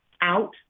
out